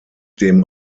dem